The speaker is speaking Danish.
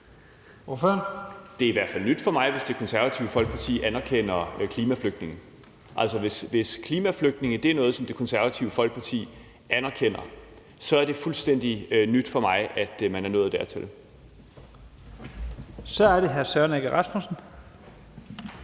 Det er i hvert fald nyt for mig, hvis Det Konservative Folkeparti anerkender klimaflygtninge. Altså, hvis klimaflygtninge er noget, som Det Konservative Folkeparti anerkender, så er det fuldstændig nyt for mig, at man er nået dertil. Kl. 12:49 Første næstformand